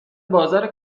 بازار